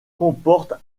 comporte